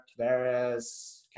Tavares